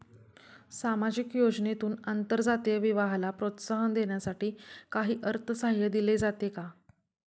सामाजिक योजनेतून आंतरजातीय विवाहाला प्रोत्साहन देण्यासाठी काही अर्थसहाय्य दिले जाते का?